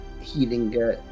healing